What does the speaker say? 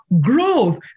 growth